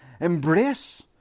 Embrace